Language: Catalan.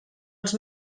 els